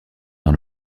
dans